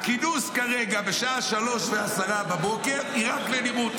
הכינוס כרגע בשעה 03:10 בבוקר היא רק לנראות.